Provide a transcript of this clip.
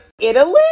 Italy